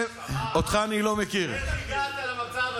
איך הגעת למצב הזה?